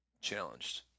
challenged